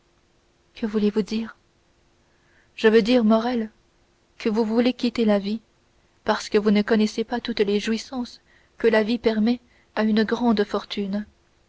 que voulez-vous dire je veux dire morrel que vous voulez quitter la vie parce que vous ne connaissez pas toutes les jouissances que la vie permet à une grande fortune